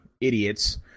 idiots